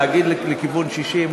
להגיד לכיוון 60,